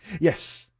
Yes